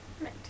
Right